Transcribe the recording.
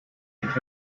and